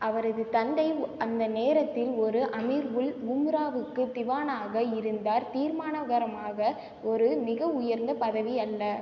அவரது தந்தை அந்த நேரத்தில் ஒரு அமீர் உல் உம்ராவுக்கு திவானாக இருந்தார் தீர்மானகரமாக ஒரு மிக உயர்ந்த பதவி அல்ல